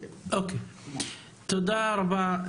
תודה רבה.